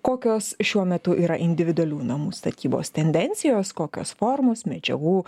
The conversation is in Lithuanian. kokios šiuo metu yra individualių namų statybos tendencijos kokios formos medžiagų